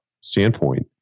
standpoint